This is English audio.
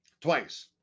twice